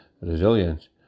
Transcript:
resilience